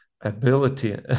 ability